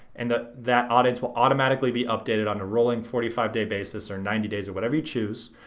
and that audience will automatically be updated on a rolling forty five day basis, or ninety days, or whatever you choose.